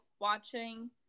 watching